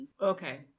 okay